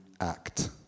act